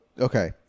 Okay